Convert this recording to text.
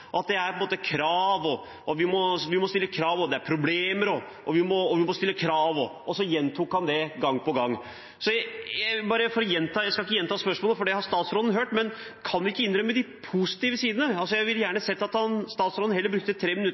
at vi må stille krav, og at det er problemer – og han gjentok dette gang på gang. Jeg skal ikke gjenta spørsmålet, for det har statsråden hørt, men kan vi ikke innrømme de positive sidene? Jeg ville gjerne ha sett at statsråden heller brukte 3 minutter